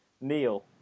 Neil